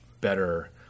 better